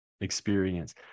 experience